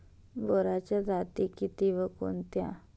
बोराच्या जाती किती व कोणत्या?